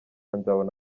nzabona